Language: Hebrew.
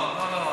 לא, לא.